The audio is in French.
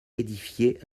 édifiée